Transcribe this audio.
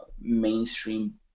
mainstream